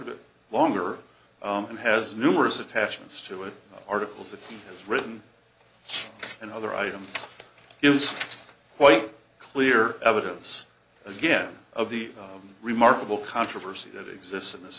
a bit longer and has numerous attachments to it articles it has written and other items it's quite clear evidence again of the remarkable controversy that exists in this